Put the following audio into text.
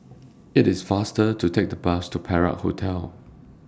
IT IS faster to Take The Bus to Perak Hotel